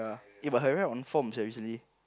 eh but Herrera on form sia recently